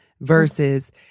versus